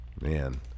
Man